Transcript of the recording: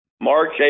March